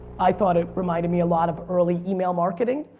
i thought it reminded me a lot of early email marketing.